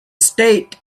state